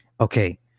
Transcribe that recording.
okay